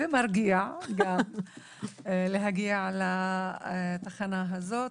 ומרגיע להגיע לתחנה הזאת.